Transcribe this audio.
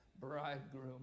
bridegroom